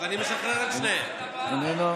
איננה,